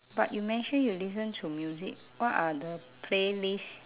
but you mention you listen to music what are the playlist